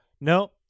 No